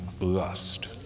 lust